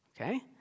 okay